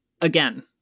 again